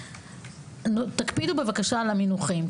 תקפידו בבקשה על המונחים.